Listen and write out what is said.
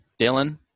Dylan